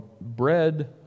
bread